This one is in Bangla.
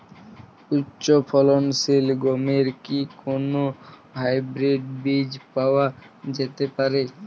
উচ্চ ফলনশীল গমের কি কোন হাইব্রীড বীজ পাওয়া যেতে পারে?